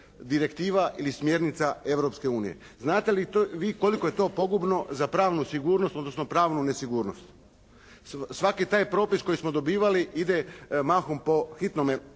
direktiva ili smjernica Europske unije? Znate li vi koliko je to pogubno za pravnu sigurnost odnosno pravnu nesigurnost? Svaki taj propis koji smo dobivali ide mahom po hitnome